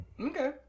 Okay